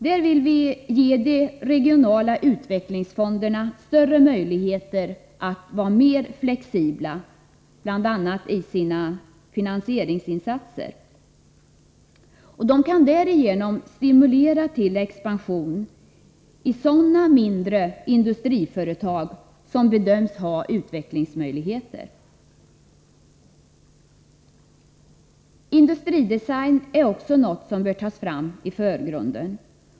Där vill vi ge de regionala utvecklingsfonderna större möjlighet att vara mera flexibla bl.a. i sina finansieringsinsatser. De kan därigenom stimulera till expansion i sådana mindre industriföretag som bedöms ha utvecklingsmöjligheter. Industridesign är också något som bör tas fram i förgrunden.